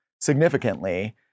significantly